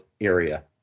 area